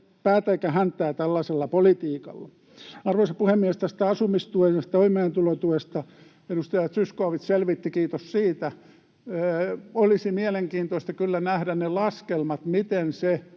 päätä eikä häntää tällaisella politiikalla. Arvoisa puhemies! Tästä asumistuesta ja toimeentulotuesta edustaja Zyskowicz selvitti, kiitos siitä. Olisi mielenkiintoista kyllä nähdä ne laskelmat, miten se